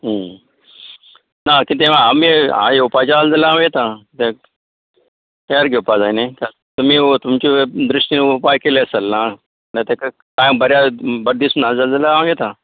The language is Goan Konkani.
ना कित्या आमी हांव येवपा जाय जाल्यार हांव येता केर घेवपा जाय नी तुमी तुमच्या दृश्टीन उपाय केले अशे जाले ना म्हळ्यार तेका बऱ्याक बरें दिसना जाल जाल्यार हांव येता